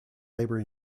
labor